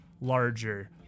larger